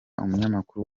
umunyamakuru